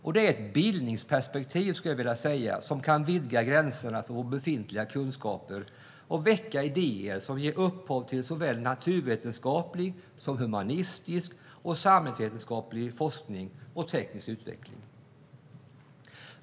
Detta är ett bildningsperspektiv, skulle jag vilja säga, som kan vidga gränserna för våra befintliga kunskaper och väcka idéer som ger upphov till såväl naturvetenskaplig som humanistisk och samhällsvetenskaplig forskning och teknisk utveckling.